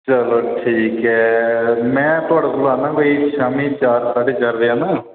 चलो ठीक ऐ में थुआढ़े कोल आना कोई शामीं चार साढ़े चार बजे आना